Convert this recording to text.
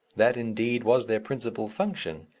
that indeed was their principal function,